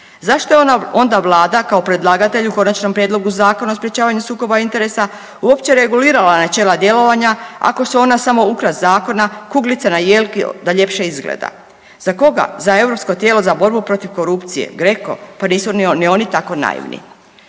Zašto je onda Vlada kao predlagatelj u Konačnom prijedlogu zakona o sprječavanju sukoba interesa uopće regulirala načela djelovanja ako su ona samo ukras zakona, kuglice na jelki da ljepše izgleda? Za koga, za europsko tijelo za borbu protiv korupcije GRECO? Pa nisu ni oni tako naivni.